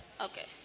Okay